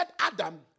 Adam